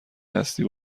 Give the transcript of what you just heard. هستی